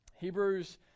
Hebrews